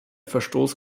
verstoß